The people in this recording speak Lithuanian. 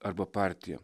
arba partija